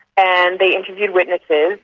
and they interviewed witnesses,